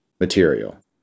material